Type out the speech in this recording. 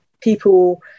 people